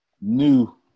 new